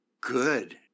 good